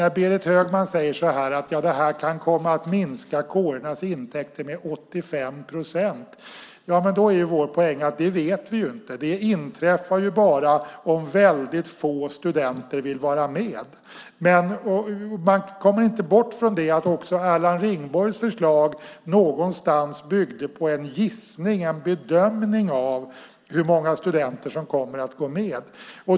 När Berit Högman säger att det här kan komma att minska kårernas intäkter med 85 procent är vår poäng att det vet vi inte. Det inträffar bara om väldigt få studenter vill vara med. Man kommer inte bort från att också Erland Ringborgs förlag någonstans byggde på en gissning, en bedömning av hur många studenter som kommer att gå med.